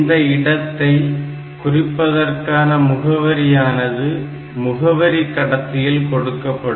இந்த இடத்தை குறிப்பதற்கான முகவரியானது முகவரி கடத்தியில் கொடுக்கப்படும்